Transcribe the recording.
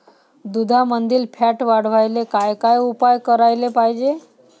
दुधामंदील फॅट वाढवायले काय काय उपाय करायले पाहिजे?